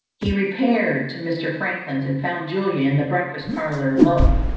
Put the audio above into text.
he repaired to mr. franklin's, and found julia in the breakfast parlour alone.